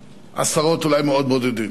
עשרות, אולי מאות בודדות,